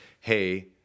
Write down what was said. hey